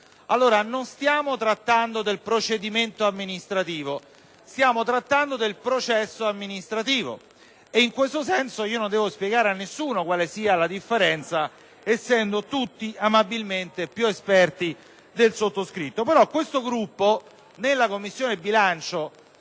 marzo 2009 trattando del procedimento amministrativo, stiamo trattando del processo amministrativo e in questo senso io non devo spiegare a nessuno quale sia la differenza, essendo tutti amabilmente piuesperti del sottoscritto.